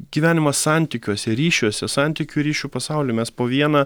gyvenimą santykiuose ryšiuose santykių ryšių pasaulyj mes po vieną